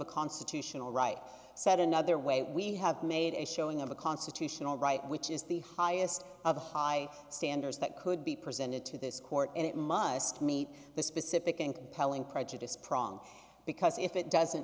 a constitutional right said another way we have made a showing of a constitutional right which is the highest of the high standards that could be presented to this court and it must meet the specific and compelling prejudice prong because if it doesn't